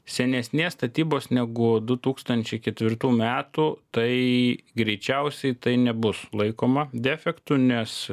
senesnės statybos negu du tūkstančiai ketvirtų metų tai greičiausiai tai nebus laikoma defektu nes